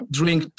drink